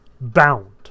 bound